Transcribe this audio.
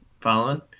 Following